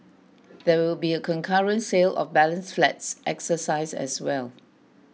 there will be a concurrent sale of balance flats exercise as well